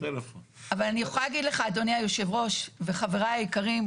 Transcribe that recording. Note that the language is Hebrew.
אבל אני יכולה להגיד לך אדוני יושב הראש וחבריי היקרים,